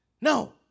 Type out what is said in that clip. No